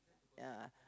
ya